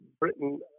britain